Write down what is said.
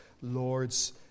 Lord's